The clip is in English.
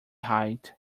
height